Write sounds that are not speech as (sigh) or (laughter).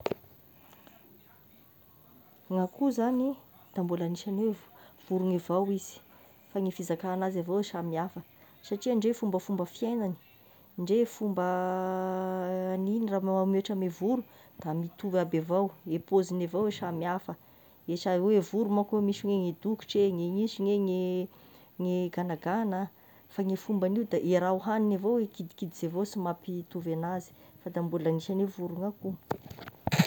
Gn'akoho zany da mbola agnisany hoe vo- vorony avao izy, fa ny fizakana an'azy avao samy hafa, satria ndre fombafomba fiaignany, ndre fomba (hesitation) an'iny raha ma- mihotra ny voro mitovy aby avao ny paoziny avao e samy hafa, e sa hoe oe ny voro manko misy ny dokotra e, misy gne gny ganagana, fa gne fomban'io de i raha hoaininy avao kidikidiny avao sy mampitovy anazy, fa da mbôla agnisany oe voro gn'akoho.